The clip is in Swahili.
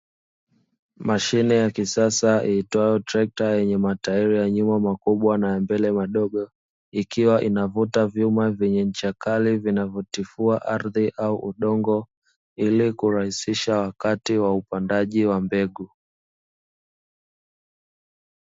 Mashine ya kisasa itwayo trekta, yenye matairi ya nyuma makubwa na ya mbele madogo, ikiwa inavuta vyuma vyenye ncha kali, vinavyotifua ardhi au udongo ili kurahisisha wakati wa upandaji wa mbegu.